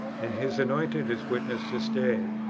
and his anointed is witness this day,